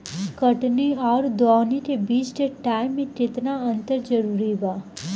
कटनी आउर दऊनी के बीच के टाइम मे केतना अंतर जरूरी बा?